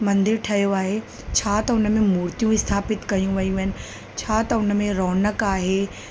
मंदरु ठहियो आहे छा त उन में मूर्तियूं स्थापित कयूं वयूं आहिनि छा त उन में रौनक़ आहे